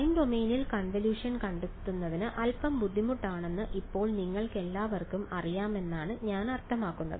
time ഡൊമെയ്നിൽ convolution കണ്ടെത്തുന്നത് അൽപ്പം ബുദ്ധിമുട്ടാണെന്ന് ഇപ്പോൾ നിങ്ങൾക്കെല്ലാവർക്കും അറിയാമെന്നാണ് ഞാൻ അർത്ഥമാക്കുന്നത്